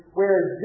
whereas